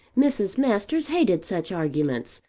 mrs. masters hated such arguments,